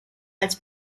als